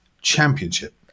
championship